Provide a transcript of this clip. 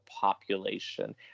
population